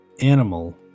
animal